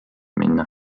minna